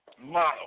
model